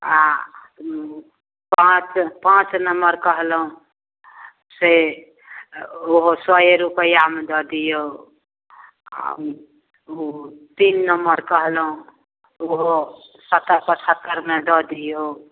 आओर ओ पाँच पाँच नम्मर कहलहुँ से ओहो सौए रुपैआमे दऽ दिऔ आओर ओ तीन नम्मर कहलहुँ ओहो सत्तरि पचहत्तरिमे दऽ दिऔ